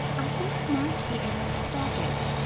i think i might be able to stop it.